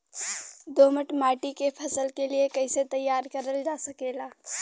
दोमट माटी के फसल के लिए कैसे तैयार करल जा सकेला?